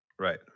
Right